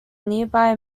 nearby